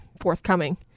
forthcoming